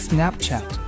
Snapchat